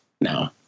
no